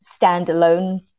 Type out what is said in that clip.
standalone